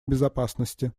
безопасности